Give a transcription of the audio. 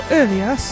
earlier